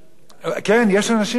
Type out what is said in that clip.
יש אנשים שאומרים: מה זה סיום הש"ס,